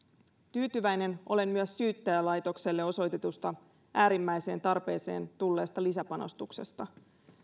tyytyväinen olen myös syyttäjälaitokselle osoitetusta äärimmäiseen tarpeeseen tulleesta lisäpanostuksesta